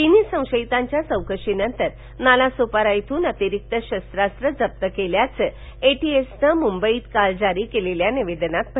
तिन्ही संशयितांच्या चौकशीनंतर नालासोपारा इथून अतिरिक्त शस्त्रास्त्र जप्त केल्याचं एटीएसनं मुंबईत काल जारी केलेल्या निवेदनात म्हटलं आहे